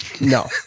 No